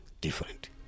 different